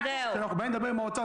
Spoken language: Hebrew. כשאנחנו באים לדבר עם האוצר,